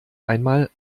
einmal